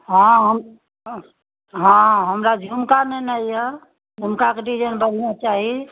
हँ हम हँ हमरा झुमका लेनाइ यए झुमकाके डिजाइन बढ़िआँ चाही